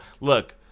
look